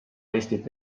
eestit